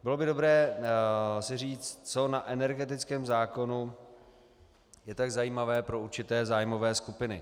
Bylo by dobré si říct, co na energetickém zákonu je tak zajímavé pro určité zájmové skupiny.